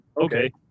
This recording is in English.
Okay